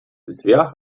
bisher